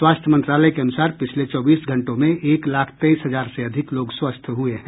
स्वास्थ्य मंत्रालय के अनुसार पिछले चौबीस घंटों में एक लाख तेईस हजार से अधिक लोग स्वस्थ हुए हैं